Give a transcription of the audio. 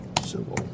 civil